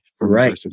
Right